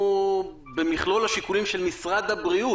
במכלול השיקולים של משרד הבריאות,